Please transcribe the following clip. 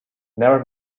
never